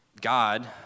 God